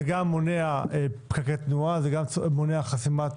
זה גם מונע פקקי תנועה, גם מונע חסימת